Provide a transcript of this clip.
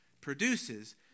produces